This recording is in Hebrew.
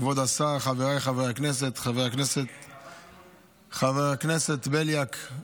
כבוד השר, חבריי חברי הכנסת, חבר הכנסת בליאק,